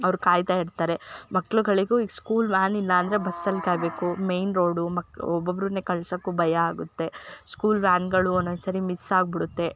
ಅವರು ಕಾಯ್ತಾ ಇರ್ತಾರೆ ಮಕ್ಳಗಳಿಗೂ ಈ ಸ್ಕೂಲ್ ವ್ಯಾನ್ ಇಲ್ಲ ಅಂದರೆ ಬಸ್ಸಲ್ಲಿ ಕಾಯಬೇಕು ಮೇನ್ ರೋಡು ಮಕ್ ಒಬೋಬ್ರನ್ನೆ ಕಳ್ಸೊಕು ಭಯ ಆಗುತ್ತೆ ಸ್ಕೂಲ್ ವ್ಯಾನ್ಗಳು ಓನೊನ್ ಸರಿ ಮಿಸ್ ಆಗಿಬಿಡುತ್ತೆ